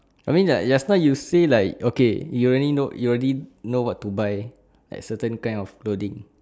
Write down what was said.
I mean like just now you say like okay you already know you already know what to buy like certain kind of clothing